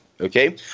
Okay